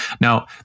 Now